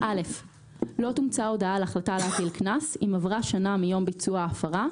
לא תומצא הודעה על החלטה להטיל קנס אם עברה שנה מיום ביצוע ההפרה,